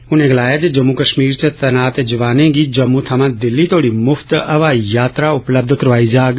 उनें गलाया जे जम्मू कश्मीर च तैनात जवाने गी जम्मू थमां दिल्ली तोड़ी मुफ्त हवाई यात्रा उपलब्ध करोआई जाग